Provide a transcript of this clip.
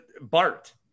Bart